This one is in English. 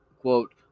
quote